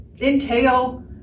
entail